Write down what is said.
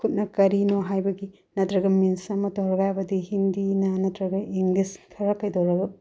ꯈꯨꯠꯅ ꯀꯔꯤꯅꯣ ꯍꯥꯏꯕꯒꯤ ꯅꯠꯇ꯭ꯔꯒ ꯃꯤꯟꯁ ꯑꯃ ꯇꯧꯔꯒ ꯍꯥꯏꯕꯗꯤ ꯍꯤꯟꯗꯤꯅ ꯅꯠꯇ꯭ꯔꯒ ꯏꯪꯂꯤꯁ ꯈꯔ ꯀꯩꯗꯧꯔꯒ